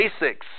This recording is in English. basics